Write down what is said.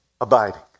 Abiding